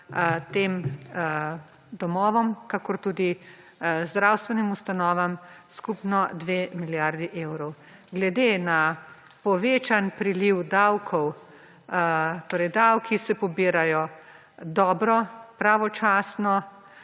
tem domovom, kakor tudi zdravstvenim ustanovam, skupno 2 milijardi evrov. Glede na povečan priliv davkov, torej davki se pobirajo dobro, pravočasno.